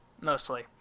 mostly